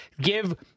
give